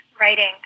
writing